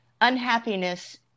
unhappiness